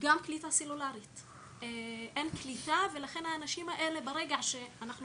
גם קליטה סלולרית לא ולכן ברגע שאנחנו